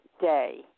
day